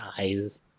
eyes